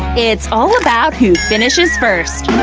it's all about who finishes first!